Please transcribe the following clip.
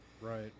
Right